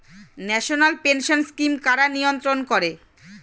National pension scheme কারা নিয়ন্ত্রণ করে?